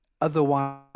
otherwise